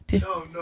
No